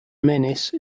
menace